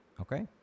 okay